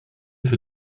für